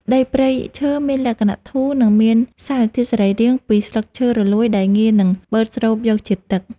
ដីព្រៃឈើមានលក្ខណៈធូរ និង មានសារធាតុសរីរាង្គពីស្លឹកឈើរលួយដែលងាយនឹងបឺតស្រូបយកជាតិទឹក។